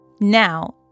Now